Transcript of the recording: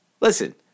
Listen